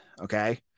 Okay